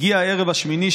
הגיע הערב השמיני,